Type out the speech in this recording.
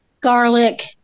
garlic